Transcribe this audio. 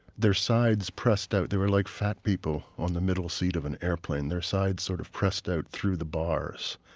their sides pressed out. they were like fat people on the middle seat of an airplane. their sides sort of pressed out through the bars.